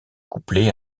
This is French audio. couplée